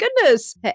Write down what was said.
goodness